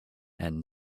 and